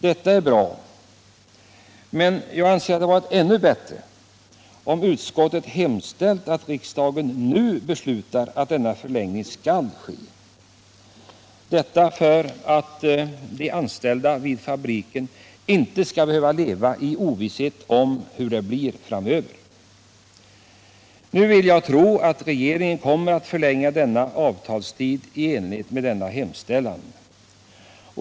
Det är bra, men jag anser att det hade varit ännu bättre om utskottet hemställt att riksdagen nu beslutar att denna förlängning skall ske — detta för att de anställda vid fabriken inte skall behöva leva i ovisshet om hur det blir framöver. Nu vill jag tro att regeringen kommer att förlänga avtalstiden i enlighet med denna hemställan.